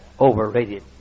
overrated